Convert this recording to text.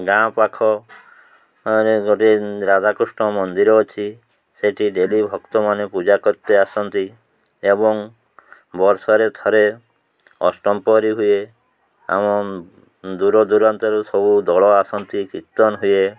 ଗାଁ ପାଖରେ ଗୋଟେ ରାଧାକୃଷ୍ଣ ମନ୍ଦିର ଅଛି ସେଇଠି ଡେଲି ଭକ୍ତମାନେ ପୂଜା କରତେ ଆସନ୍ତି ଏବଂ ବର୍ଷରେ ଥରେ ଅଷ୍ଟମପ୍ରହରି ହୁଏ ଆମ ଦୂରଦୂରାନ୍ତରୁ ସବୁ ଦଳ ଆସନ୍ତି କୀର୍ତ୍ତନ ହୁଏ